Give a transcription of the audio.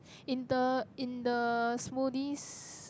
in the in the smoothies